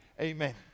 Amen